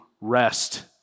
rest